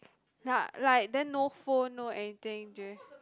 ya like then no phone no anything during